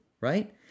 Right